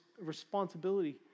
responsibility